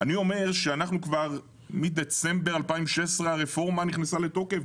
אני אומר שכבר מדצמבר 2016 הרפורמה נכנסה לתוקף.